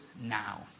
now